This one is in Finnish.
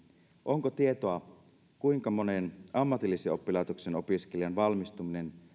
onko tietoa kuinka monen ammatillisen oppilaitoksen opiskelijan valmistuminen